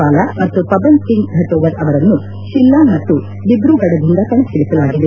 ಪಾಲ ಮತ್ತು ಪಬನ್ ಸಿಂಗ್ ಫೆಟೋವರ್ ಅವರನ್ನು ಶಿಲ್ಲಾಂಗ್ ಮತ್ತು ದಿಬ್ರುಗಢದಿಂದ ಕಣಕ್ಕಿಳಿಸಲಾಗಿದೆ